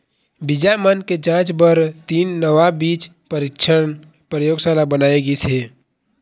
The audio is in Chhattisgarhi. बीजा मन के जांच बर तीन नवा बीज परीक्छन परयोगसाला बनाए गिस हे